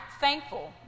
thankful